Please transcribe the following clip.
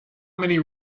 many